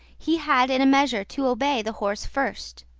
he had in a measure to obey the horse first.